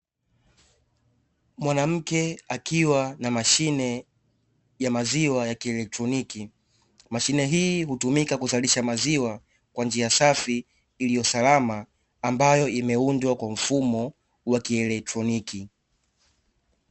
Mwanamke akiwa na mashine ya maziwa ya kielektroniki, mashine hii hutumika kuzalisha maziwa kwa njia safi iliyo salama ambayo imeundwa kwa mfumo wa kielektroniki.